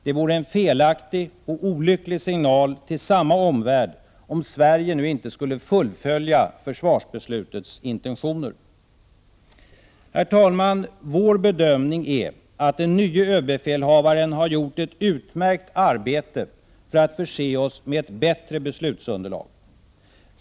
Det vore en felaktig och olycklig signal till samma omvärld om Sverige nu inte skulle fullfölja försvarsbeslutets intentioner. Herr talman! Vår bedömning är att den nye överbefälhavaren har gjort ett utmärkt arbete för att förse oss med ett bättre beslutsunderlag.